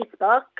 Facebook